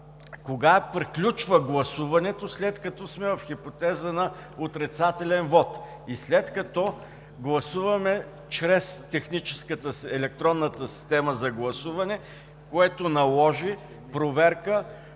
кога приключва гласуването, след като сме в хипотеза на отрицателен вот и след като гласуваме чрез електронната система за гласуване, което наложи проверка